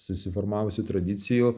susiformavusių tradicijų